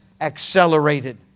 accelerated